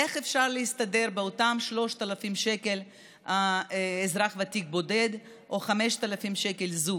איך אפשר להסתדר עם אותם 3,000 שקל לאזרח ותיק בודד או 5,000 שקל לזוג,